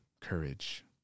courage